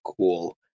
cool